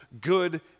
good